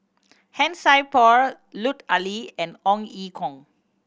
Han Sai Por Lut Ali and Ong Ye Kung